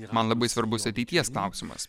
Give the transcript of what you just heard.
ir man labai svarbus ateities klausimas